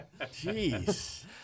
Jeez